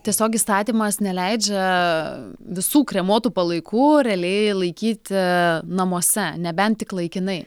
tiesiog įstatymas neleidžia visų kremuotų palaikų realiai laikyti namuose nebent tik laikinai